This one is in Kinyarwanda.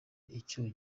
icyo